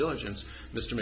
diligence mr